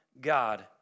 God